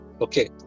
Okay